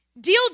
deal